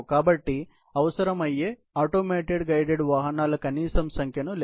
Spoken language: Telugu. కాబట్టి అవసరమయ్యే ఆటోమేటెడ్ గైడెడ్ వాహనాల కనీస సంఖ్యను లెక్కిద్దాం